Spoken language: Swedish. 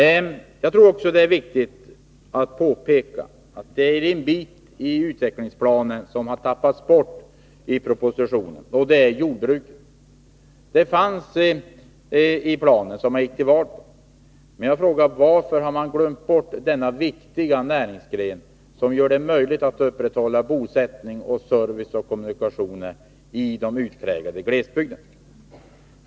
Jag tror också det är viktigt att påpeka att det är en bit i utvecklingsplanen som har tappats bort i propositionen, nämligen jordbruket. Det fanns i den plan som socialdemokraterna gick till val på, och jag frågar nu: Varför har man glömt bort denna viktiga näringsgren, som gör det möjligt att upprätthålla bosättning, service och kommunikationer i de utpräglade glesbygderna?